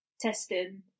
testing